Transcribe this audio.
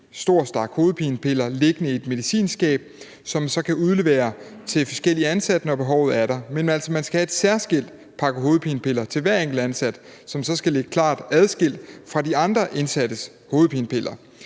stor stak hovedpinepiller liggende i et medicinskab, som man så kan udlevere til forskellige indsatte, når behovet er der. Man skal altså have en særskilt pakke hovedpinepiller til hver enkelt indsat, som så skal ligge klart adskilt fra andre indsattes hovedpinepiller.